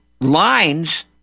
lines